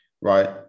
right